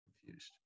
confused